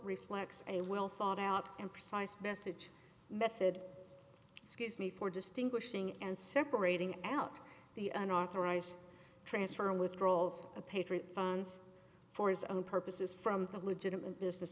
reflects a well thought out and precise message method excuse me for distinguishing and separating out the unauthorized transfer withdrawals a patriot funds for his own purposes from a legitimate business